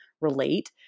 relate